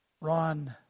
Ron